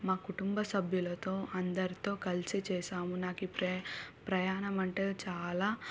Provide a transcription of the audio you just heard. మా కుటుంబ సభ్యులతో అందరితో కలిసి చేసాము నాకు ఈ ప్రె ప్రయాణం అంటే చాలా